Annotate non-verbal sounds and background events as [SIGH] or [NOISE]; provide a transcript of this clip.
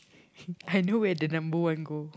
[LAUGHS] I know where the number one go